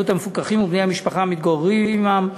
המפוקחים ובני המשפחה המתגוררים עמם.